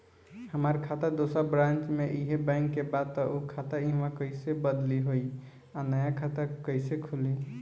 हमार खाता दोसर ब्रांच में इहे बैंक के बा त उ खाता इहवा कइसे बदली होई आ नया खाता कइसे खुली?